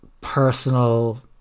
personal